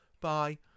Bye